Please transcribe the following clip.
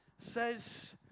says